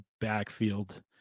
backfield